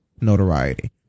notoriety